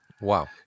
Wow